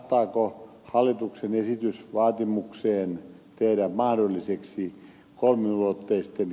vastaako hallituksen esitys vaatimukseen tehdä mahdolliseksi kolmiulotteisten